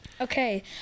Okay